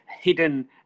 Hidden